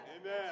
Amen